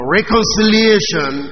reconciliation